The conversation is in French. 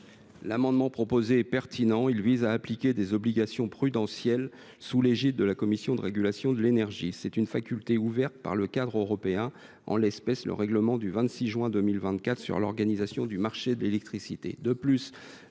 qui nous est proposé est pertinent. Il vise à appliquer des obligations prudentielles sous l’égide de la CRE. C’est une faculté ouverte par le cadre européen, en l’espèce le règlement du 26 juin 2024 sur l’organisation du marché de l’électricité.